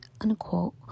unquote